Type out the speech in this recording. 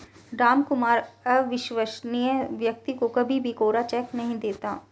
रामकुमार अविश्वसनीय व्यक्ति को कभी भी कोरा चेक नहीं देता